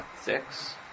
six